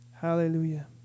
Hallelujah